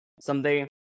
Someday